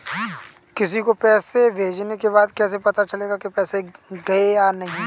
किसी को पैसे भेजने के बाद कैसे पता चलेगा कि पैसे गए या नहीं?